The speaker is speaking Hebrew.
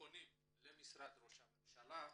פונים למשרד ראש הממשלה,